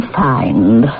find